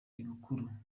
ibukuru